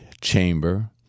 chamber